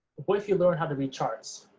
what if you learn how to read charts?